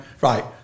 right